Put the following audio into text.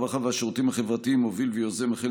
הרווחה והשירותים החברתיים מוביל ויוזם החל